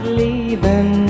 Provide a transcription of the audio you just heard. leaving